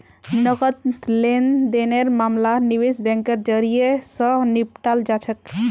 नकद लेन देनेर मामला निवेश बैंकेर जरियई, स निपटाल जा छेक